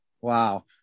Wow